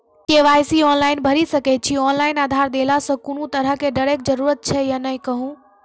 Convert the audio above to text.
KYC online भैरि सकैत छी, ऑनलाइन आधार देलासॅ कुनू तरहक डरैक जरूरत छै या नै कहू?